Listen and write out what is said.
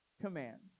commands